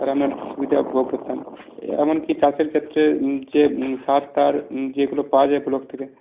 তাহলে আমরা সুবিধা ভোগ করতাম এমনকি চাষের ক্ষেত্রে যে সার তার যেগুলো পাওয়া যায় ব্লক থেকে